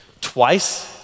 Twice